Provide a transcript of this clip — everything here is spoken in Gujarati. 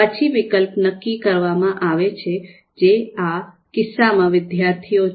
પછી વિકલ્પ નક્કી કરવામાં આવે છે જે આ કિસ્સામાં વિદ્યાર્થીઓ છે